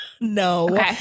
No